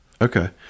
Okay